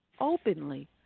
openly